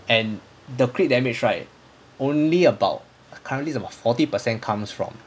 and the crit damage right only about currently about forty percent comes from